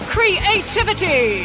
Creativity